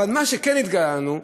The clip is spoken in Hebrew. אבל מה שכן התגלה לנו,